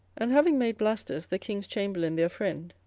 and, having made blastus the king's chamberlain their friend,